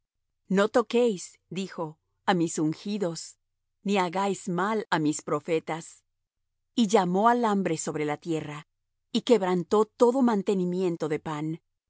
no toquéis dijo á mis ungidos ni hagáis mal á mis profetas y llamó al hambre sobre la tierra y quebrantó todo mantenimiento de pan